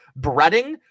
breading